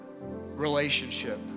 relationship